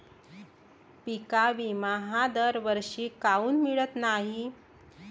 पिका विमा हा दरवर्षी काऊन मिळत न्हाई?